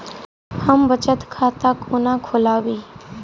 हम बचत खाता कोना खोलाबी?